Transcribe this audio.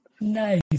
Nice